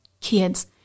Kids